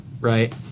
Right